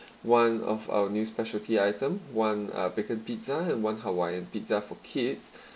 one of our new specialty item one uh vegan pizza and one hawaiian pizza for kids